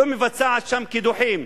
לא מבצעת שם קידוחים,